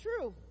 true